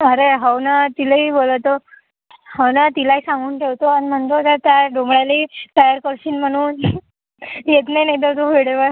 अरे हो ना तिलाही बोलवतो हो ना तिलाही सांगून ठेवतो आणि म्हणतो काय डोमळाली तयार करशील म्हणून येत नाही नाहीच तो वेळेवर